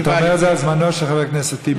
אתה אומר את זה על זמנו של חבר הכנסת טיבי.